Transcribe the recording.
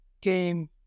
game